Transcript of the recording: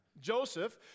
Joseph